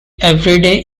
everyday